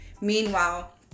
Meanwhile